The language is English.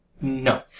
No